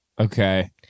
Okay